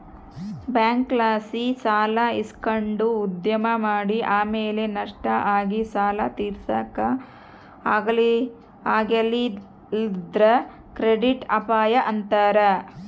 ಬ್ಯಾಂಕ್ಲಾಸಿ ಸಾಲ ಇಸಕಂಡು ಉದ್ಯಮ ಮಾಡಿ ಆಮೇಲೆ ನಷ್ಟ ಆಗಿ ಸಾಲ ತೀರ್ಸಾಕ ಆಗಲಿಲ್ಲುದ್ರ ಕ್ರೆಡಿಟ್ ಅಪಾಯ ಅಂತಾರ